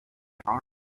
terror